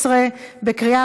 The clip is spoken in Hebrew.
עברה בקריאה